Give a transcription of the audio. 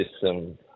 system